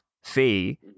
fee